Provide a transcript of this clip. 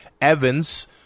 Evans